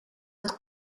het